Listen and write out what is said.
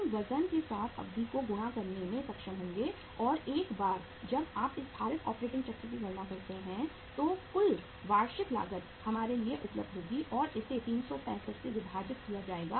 हम वज़न के साथ अवधि को गुणा करने में सक्षम होंगे और एक बार जब आप इस भारित ऑपरेटिंग चक्र की गणना करते हैं तो कुल वार्षिक लागत हमारे लिए उपलब्ध होगी और इसे 365 से विभाजित किया जाएगा